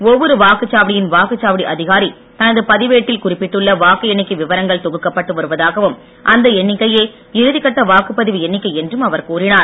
ஒவ்வொரு வாக்குச்சாவடியின் வாக்குச்சாவடி அதிகாரி தனது பதிவேட்டில் குறிப்பிட்டுள்ள வாக்கு எண்ணிக்கை விவரங்கள் தொகுக்கப்பட்டு வருவதாகவும் அந்த எண்ணிக்கையை இறுதி கட்ட வாக்குப்பதிவு எண்ணிக்கை என்றும் அவர் கூறினார்